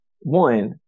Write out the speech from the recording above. One